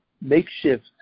makeshift